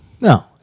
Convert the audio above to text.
No